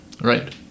Right